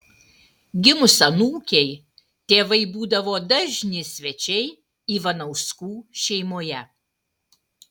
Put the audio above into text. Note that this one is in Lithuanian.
gimus anūkei tėvai būdavo dažni svečiai ivanauskų šeimoje